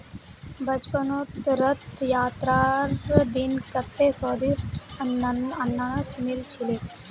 बचपनत रथ यात्रार दिन कत्ते स्वदिष्ट अनन्नास मिल छिले